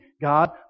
God